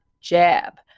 jab